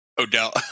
Odell